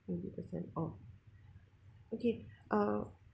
twenty person oh okay uh